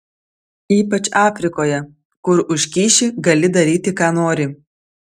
ypač afrikoje kur už kyšį gali daryti ką nori